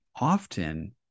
often